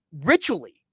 ritually